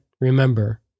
remember